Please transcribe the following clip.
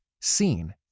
seen